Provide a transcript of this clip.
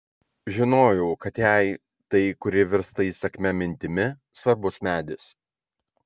žinojau kad jai tai kuri virsta įsakmia mintimi svarbus medis